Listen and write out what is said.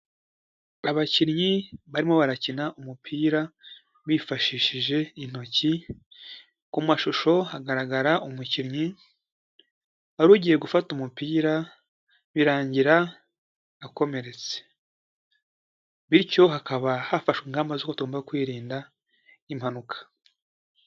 Abakinnyi barimo barakina umupira, bifashishije intoki, ku mashusho hagaragara umukinnyi wari ugiye gufata umupira birangira akomeretse bityo hakaba hafashwe ingamba z'uko tugomba kwirinda impanuka.